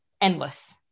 endless